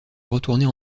retourner